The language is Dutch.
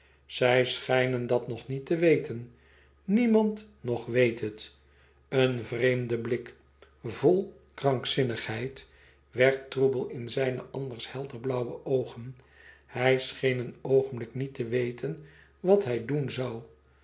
zij schijnen dat nog niet te weten niemand nog weet het een vreemde blik vol krankzinnigheid werd troebel in zijne anders heldergrauwe oogen hij scheen een oogenblik niet te weten wat hij doen zoû